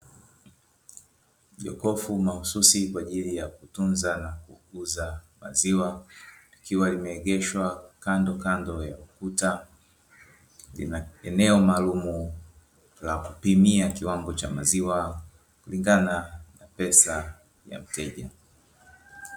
Jokofu mahususi kwa ajili ya kutunza maziwa, likiwa limeegeshwa kandokando ya ukuta. Lina eneo maalumu la kupimia kiwango cha maziwa kulingana na pesa ya mteja.